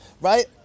right